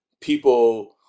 people